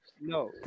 No